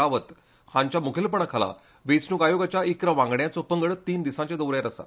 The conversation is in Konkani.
रावत हांच्या मुखेलपणाखाला वेचणुक आयोगाच्या इकरा वांगड्यांचो पंगड तीन दिसांच्या दैाऱ्यार आसा